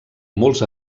molts